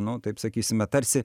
nu taip sakysime tarsi